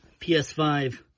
PS5